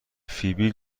فیبی